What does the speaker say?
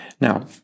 Now